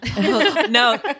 No